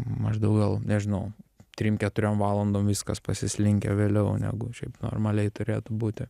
maždaug gal nežinau trim keturiom valandom viskas pasislinkę vėliau negu šiaip normaliai turėtų būti